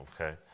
Okay